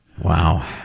Wow